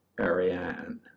Ariane